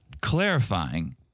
clarifying